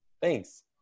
thanks